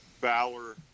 Valor